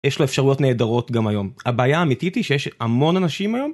יש לה אפשרויות נהדרות גם היום. הבעיה האמיתית היא שיש המון אנשים היום...